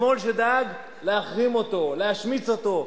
השמאל שדאג להחרים אותו, להשמיץ אותו.